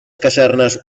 casernes